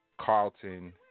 Carlton